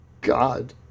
God